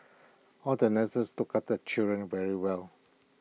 all the nurses took after the children very well